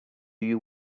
you